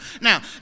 Now